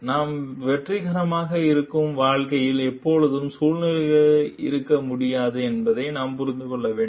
நாம் வெற்றிகரமாக இருக்கும் வாழ்க்கையில் எப்போதும் சூழ்நிலைகள் இருக்க முடியாது என்பதை நாம் புரிந்து கொள்ள வேண்டும்